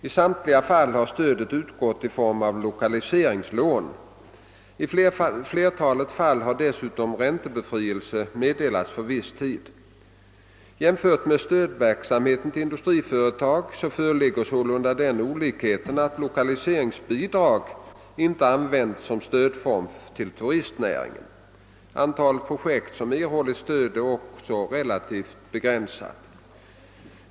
I samtliga fall har stödet utgått i form av lokaliseringslån. I flertalet fall har dessutom räntebefrielse medde lats för viss tid. Jämfört med stödverksamheten till industriföretag föreligger sålunda den olikheten, att lokaliseringsbidrag inte använts som stödform till turistnäringen. Antalet projekt som erhållit stöd är också relativt begränsat.